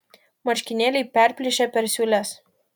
marškinėliai perplyšę per siūles